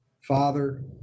father